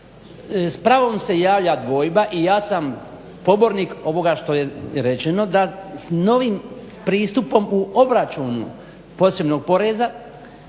pravom se javlja dvojba i ja sam pobornik ovoga što je rečeno da s novim pristupom u obračunu posebnog poreza